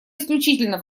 исключительно